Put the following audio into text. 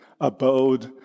abode